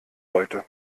heute